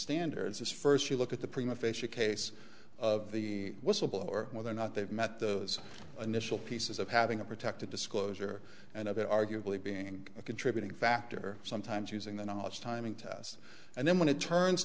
standards is first to look at the prima facia case of the whistleblower whether or not they've met those initial pieces of having a protected disclosure and it arguably being a contributing factor sometimes using the knowledge timing test and then when it turns